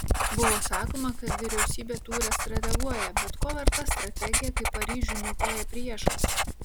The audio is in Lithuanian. buvo sakoma kad vyriausybė tūre strateguoja bet ko verta strategija kai paryžių niokoja priešas